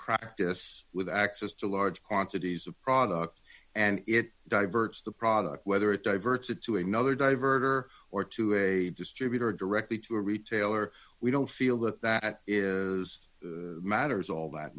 practice with access to large quantities of product and it diverts the product whether it diverted to another divert or or to a distributor directly to a retailer we don't feel that that matters all that